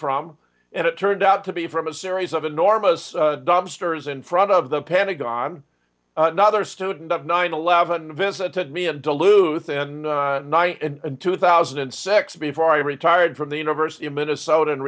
from and it turned out to be from a series of enormous dumpsters in front of the pentagon another student of nine eleven visited me in duluth in ny and two thousand and six before i retired from the university of minnesota and